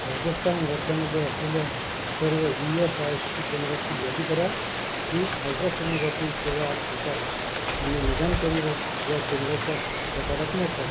राजस्थान राज्यामध्ये असलेल्या सर्व ई येस आय सी केंद्राची यादी करा जी अल्ट्रा सोनोग्रोपी सेवा देतात आणि निदान केंद्र या केंद्राच्या प्रकारात मोडतात